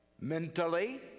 mentally